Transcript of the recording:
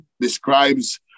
describes